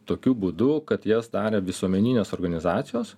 tokiu būdu kad jas darė visuomeninės organizacijos